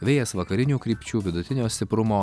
vėjas vakarinių krypčių vidutinio stiprumo